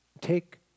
take